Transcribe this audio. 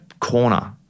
corner